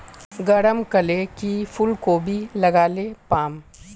गरम कले की फूलकोबी लगाले पाम?